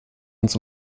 uns